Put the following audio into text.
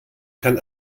kann